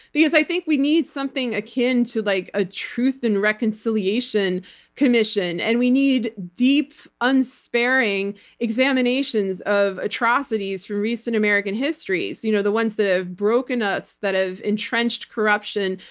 because i think we need something akin to like a truth and reconciliation commission. and we need deep, unsparing examinations of atrocities from recent american histories. you know the ones that have broken us, that have entrenched corruption,